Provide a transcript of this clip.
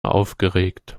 aufgeregt